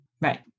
Right